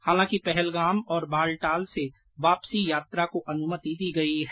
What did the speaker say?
हालांकि पहलगाम और बालतल से वापसी यात्रा को अनुमति दी गई है